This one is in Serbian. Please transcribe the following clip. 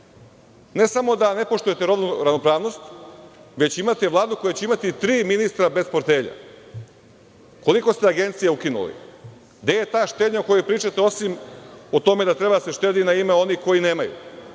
ne samo da ne poštujete rodnu ravnopravnost, već ćemo imati Vladu koja će imati tri ministra bez portfelja. Koliko ste agencija ukinuli? Gde je ta štednja o kojoj pričate, osim o tome da treba da se štedi na ime onih koji nemaju?